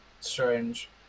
strange